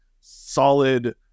solid